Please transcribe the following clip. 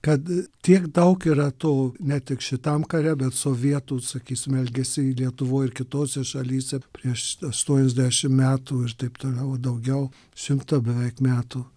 kad tiek daug yra to ne tik šitam kare bet sovietų sakysim elgesy lietuvoj ir kitose šalyse prieš aštuoniasdešimt metų ir taip toliau daugiau šimtą beveik metų